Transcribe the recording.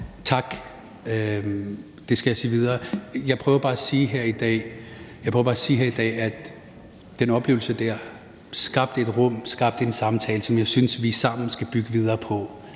tak, det skal jeg sige videre. Jeg prøver bare at sige her i dag, at den oplevelse skabte et rum, skabte en samtale, som jeg synes vi sammen skal bygge videre på.